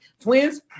Twins